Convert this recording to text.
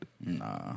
Nah